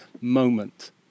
moment